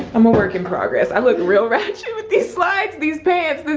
i'm a work in progress. i look real wretched with these slides, these pants.